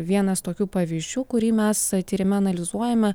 vienas tokių pavyzdžių kurį mes tyrime analizuojame